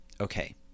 Okay